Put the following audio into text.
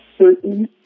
certain